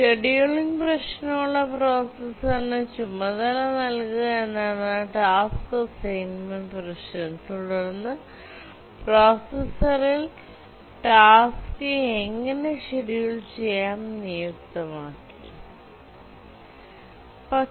scheduling പ്രശ്നം ഉള്ള പ്രോസസറിന് ചുമതല നൽകുക എന്നതാണ് ടാസ്ക് അസൈൻമെന്റ് പ്രശ്നം തുടർന്ന് പ്രോസസ്സറിൽ ടാസ്ക് എങ്ങനെ ഷെഡ്യൂൾ ചെയ്യാം നിയുക്തമാക്കി